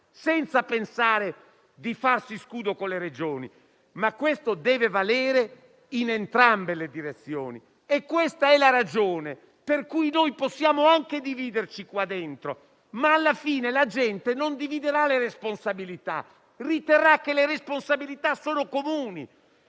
senza pensare di farsi scudo con le Regioni, ma ciò deve valere in entrambe le direzioni. Questa è la ragione per cui noi possiamo anche dividerci in quest'Aula, ma alla fine la gente non dividerà le responsabilità; riterrà che sono comuni,